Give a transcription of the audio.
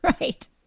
right